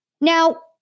Now